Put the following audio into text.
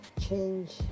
change